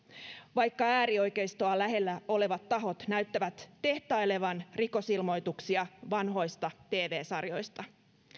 vaikka äärioikeistoa lähellä olevat tahot näyttävät tehtailevan rikosilmoituksia vanhoista tv sarjoista